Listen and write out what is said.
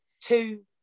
two